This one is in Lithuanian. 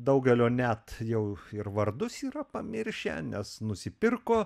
daugelio net jau ir vardus yra pamiršę nes nusipirko